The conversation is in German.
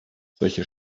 solche